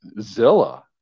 Zilla